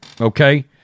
Okay